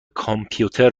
کامپیوتر